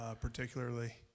particularly